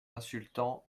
insultant